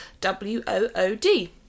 W-O-O-D